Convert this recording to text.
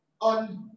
on